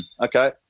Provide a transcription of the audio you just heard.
okay